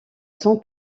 son